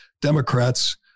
Democrats